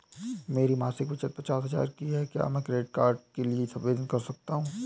मेरी मासिक बचत पचास हजार की है क्या मैं क्रेडिट कार्ड के लिए आवेदन कर सकता हूँ?